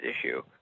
issue